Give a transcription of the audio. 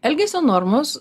elgesio normos